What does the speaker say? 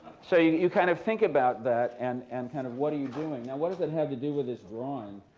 so you you kind of think about that and and kind of what are you doing. now what does that have to do with this drawing?